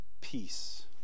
Peace